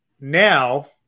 Now